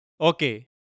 okay